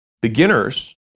Beginners